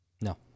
No